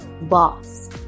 boss